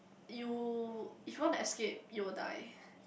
you if you want to escape you will die